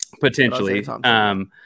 potentially